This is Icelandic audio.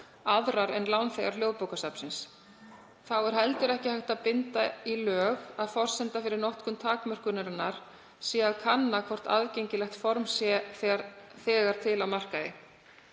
aðrir en lánþegar Hljóðbókasafnsins. Þá er heldur ekki hægt að binda í lög að forsenda fyrir notkun takmörkunarinnar sé að kanna hvort aðgengilegt form sé þegar til á markaði.